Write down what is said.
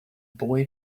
boy